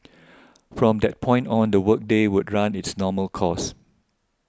from that point on the work day would run its normal course